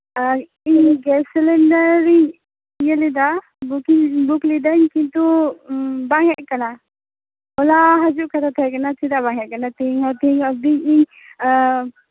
ᱟᱨ ᱤᱧ ᱜᱮᱥ ᱥᱤᱞᱤᱱᱰᱟᱨᱤᱧ ᱤᱭᱟᱹ ᱞᱮᱫᱟ ᱵᱩᱠᱤᱝ ᱵᱩᱠ ᱞᱤᱫᱟᱹᱧ ᱠᱤᱱᱛᱩ ᱵᱟᱝ ᱦᱮᱡ ᱠᱟᱱᱟ ᱦᱚᱞᱟ ᱦᱟᱡᱩᱜ ᱠᱟᱛᱷᱟ ᱛᱟᱦᱮᱠᱟᱱᱟ ᱪᱮᱫᱟᱜ ᱵᱟᱝ ᱦᱮᱡ ᱠᱟᱱᱟ ᱛᱤᱦᱤᱧ ᱢᱟ ᱛᱤᱦᱤᱧ